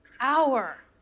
hour